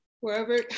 wherever